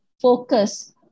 focus